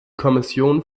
kommission